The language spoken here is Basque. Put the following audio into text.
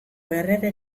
errege